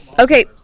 Okay